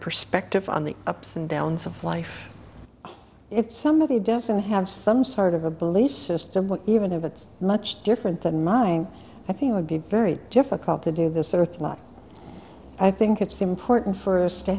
perspective on the ups and downs of life if somebody doesn't have some sort of a belief system even if it's much different than mine i think would be very difficult to do this earth like i think it's important for us to